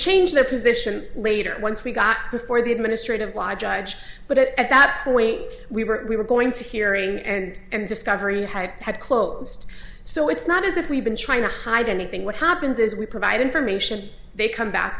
changed their position later once we got before the administrative law judge but at that point we were we were going to hearing and and discovering how it had closed so it's not as if we've been trying to hide anything what happens is we provide information they come back